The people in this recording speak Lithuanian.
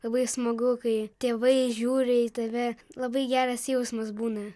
labai smagu kai tėvai žiūri į tave labai geras jausmas būna